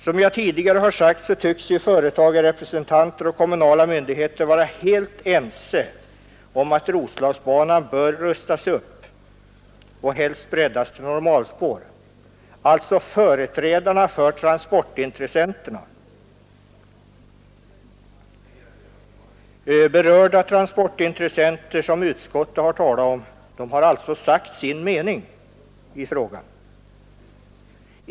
Som jag tidigare har sagt tycks företagarrepresentanter och kommunala myndigheter vara helt ense om att Roslagsbanan bör rustas upp och helst breddas till normalspår. Berörda transportintressenter som utskottet talar om har alltså sagt sin mening i frågan.